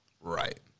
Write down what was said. Right